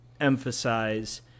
emphasize